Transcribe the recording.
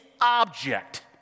object